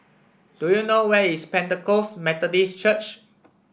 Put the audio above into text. do you know where is Pentecost Methodist Church